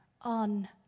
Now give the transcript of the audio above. on